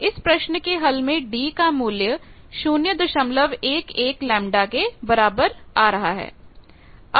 तो इस प्रश्न के हल में d का मूल्य 011 लैम्ब्डा के बराबर आ रहा है